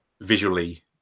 visually